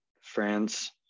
France